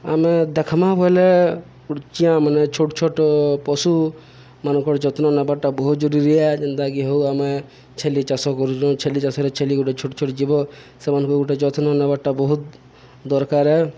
ଆମେ ଦେଖ୍ମା ବେଲେ ଚିଆଁମାନେ ଛୋଟ ଛୋଟ ପଶୁମାନଙ୍କର ଯତ୍ନ ନେବାରଟା ବହୁତ ଜରୁରୀ ଯେନ୍ତାକି ହଉ ଆମେ ଛେଲି ଚାଷ କରୁଛୁଁ ଛେଳି ଚାଷରେ ଛେଳି ଗୋଟେ ଛୋଟ ଛୋଟ ଜୀବ ସେମାନଙ୍କୁ ଗୋଟେ ଯତ୍ନ ନେବାରଟା ବହୁତ ଦରକାର